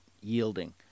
yielding